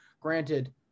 Granted